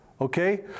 Okay